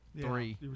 three